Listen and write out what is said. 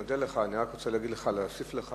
אני אודה לך אבל גם רוצה להוסיף לך